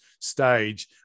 stage